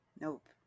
Nope